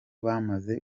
bamaze